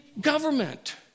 government